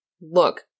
look